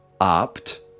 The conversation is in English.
opt